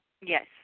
Yes